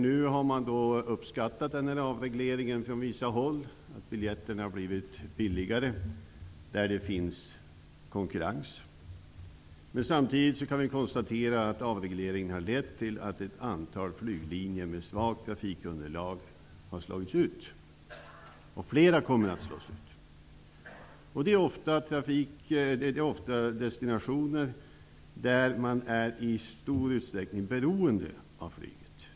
Nu har man på vissa håll uppskattat den här avregleringen i och med att biljetterna har blivit billigare där det finns konkurrens. Samtidigt kan vi konstatera att avregleringen har lett till att ett antal flyglinjer med svagt trafikunderlag har slagits ut, och flera kommer att slås ut. Det är ofta fråga om destinationer på vilka man i stor utsträckning är beroende av flyget.